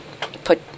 put